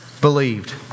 believed